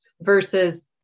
versus